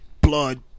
blood